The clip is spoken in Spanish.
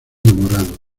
morado